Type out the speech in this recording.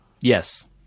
Yes